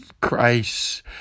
Christ